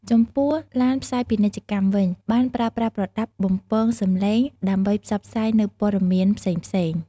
ចំពោះឡានផ្សាយពាណិជ្ជកម្មវិញ បានប្រើប្រាស់ប្រដាប់បំពងសំឡេងដើម្បីផ្សព្វផ្សាយនូវព័ត៌មានផ្សេងៗ។